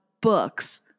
books